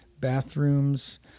bathrooms